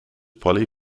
poly